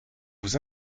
vous